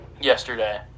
yesterday